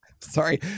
Sorry